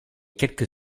quelques